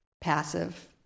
passive